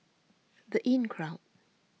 the Inncrowd